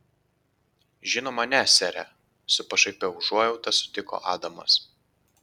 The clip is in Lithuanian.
žinoma ne sere su pašaipia užuojauta sutiko adamas